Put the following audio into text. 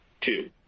Two